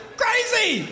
crazy